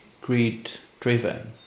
greed-driven